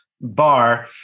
bar